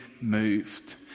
moved